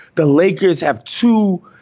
the lakers have two.